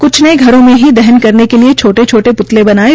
कुछ ने घरों में ही दहन करने के लिए छोटे छोटे प्तले बनाये